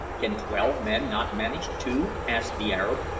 can twelve men not manage two? asked the arab.